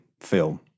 film